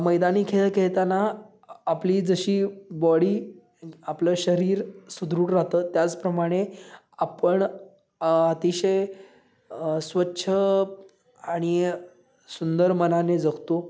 मैदानी खेळ खेळताना आपली जशी बॉडी आपलं शरीर सुदृढ राहतं त्याचप्रमाणे आपण अतिशय स्वच्छ आणि सुंदर मनाने जगतो